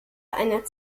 einer